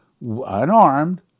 unarmed